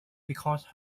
because